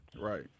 Right